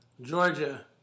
Georgia